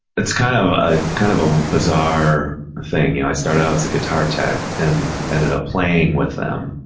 it's kind of a kind of a bizarre thing. you know, i started out as a guitar tech and ended up playing with them,